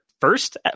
first